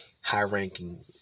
high-ranking